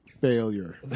failure